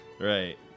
Right